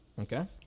Okay